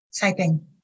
typing